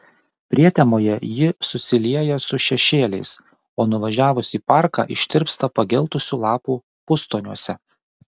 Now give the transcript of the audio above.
prietemoje ji susilieja su šešėliais o nuvažiavus į parką ištirpsta pageltusių lapų pustoniuose